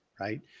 right